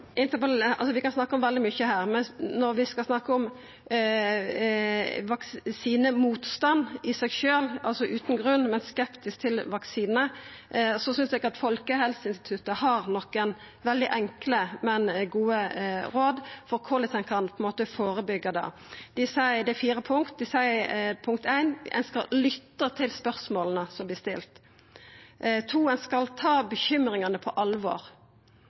pst. på verdsbasis. Vi er heldigvis ikkje der i Noreg i dag. Folkehelseinstituttet i Noreg er bekymra, men slår fast at vaksinedekninga i Noreg likevel er god. Vi kan snakka om veldig mykje her, men når vi skal snakka om vaksinemotstand i seg sjølv – altså utan ein grunn, men skepsis til vaksine – synest eg at Folkehelseinstituttet har nokre veldig enkle, men gode råd for korleis ein kan førebyggja det. Det er fire punkt. Dei seier: Ein skal lytta til spørsmåla som